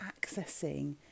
accessing